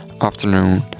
afternoon